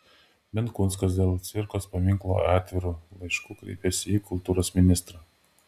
benkunskas dėl cvirkos paminklo atviru laišku kreipėsi į kultūros ministrą